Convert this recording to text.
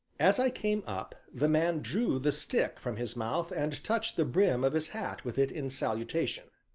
as i came up, the man drew the stick from his mouth and touched the brim of his hat with it in salutation.